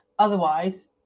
Otherwise